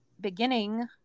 beginning